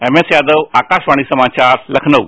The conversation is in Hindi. एम एस यादव आकाशवाणी समाचार लखनऊ